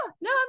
no